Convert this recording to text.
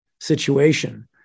situation